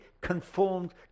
conformed